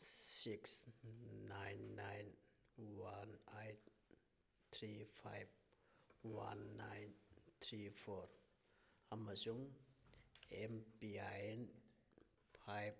six nine nine one eight three five one nine three four ꯑꯃꯁꯨꯡ M P I N five